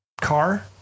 car